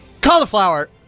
Cauliflower